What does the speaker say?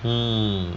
mm